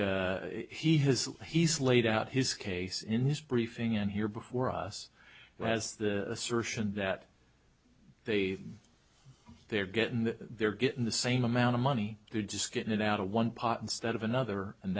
but he has he's laid out his case in this briefing and here before us has the assertion that they are they're getting they're getting the same amount of money they're just getting it out of one pot instead of another and